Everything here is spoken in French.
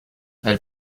elles